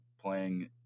playing